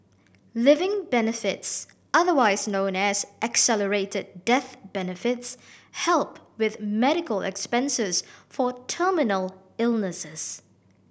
living benefits otherwise known as accelerated death benefits help with medical expenses for terminal illnesses